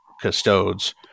custodes